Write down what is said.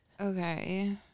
Okay